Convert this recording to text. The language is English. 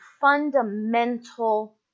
fundamental